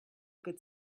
good